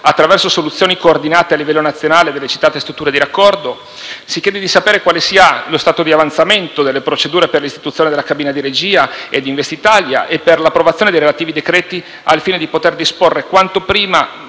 attraverso soluzioni coordinate a livello nazionale dalle citate strutture di raccordo, si chiede di sapere: quale sia lo stato di avanzamento delle procedure per l'istituzione della cabina di regia e di Investitalia e per l'approvazione dei relativi decreti al fine di disporre, quanto prima,